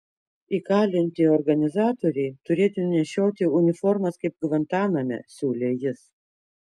įkalinti organizatoriai turėtų nešioti uniformas kaip gvantaname siūlė jis